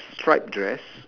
stripe dress